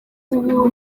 ubu